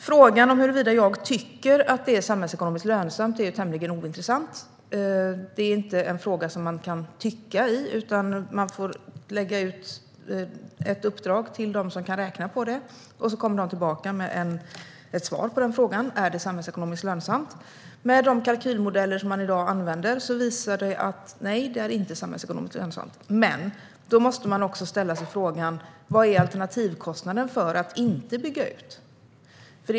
Frågan om huruvida jag tycker att det är samhällsekonomiskt lönsamt är tämligen ointressant; det är inte en fråga som man kan tycka i. Man får lägga ut ett uppdrag till dem som kan räkna på det, och så kommer de tillbaka med ett svar på frågan om det är samhällsekonomiskt lönsamt. De kalkylmodeller som man i dag använder visar att det inte är samhällsekonomiskt lönsamt. Men då måste man också ställa sig frågan: Vad är alternativkostnaden för att inte bygga ut?